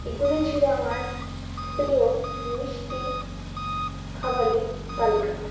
এগুলোই ছিল আমার প্রিয় মিষ্টি খাবারের তালিকা